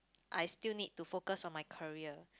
I still need to focus on my career